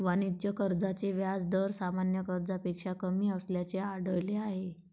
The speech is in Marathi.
वाणिज्य कर्जाचे व्याज दर सामान्य कर्जापेक्षा कमी असल्याचे आढळले आहे